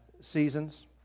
seasons